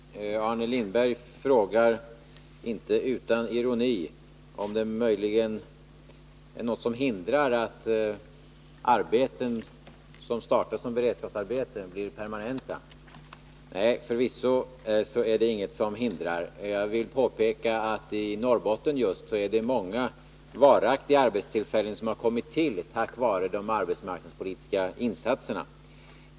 Herr talman! Arne Lindberg frågar, inte utan ironi, om det möjligen är något som hindrar att arbeten som startas som beredskapsarbeten blir permanenta. Förvisso är det inget som hindrar. Jag vill påpeka att det just i Norrbotten är många varaktiga arbetstillfällen som kommit till tack vare de arbetsmarknadspolitiska insatserna.